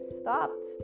stopped